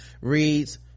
reads